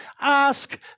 ask